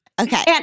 Okay